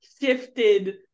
shifted